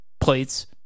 plates